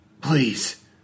Please